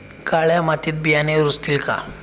काळ्या मातीत बियाणे रुजतील का?